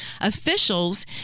officials